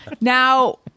Now